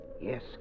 Yes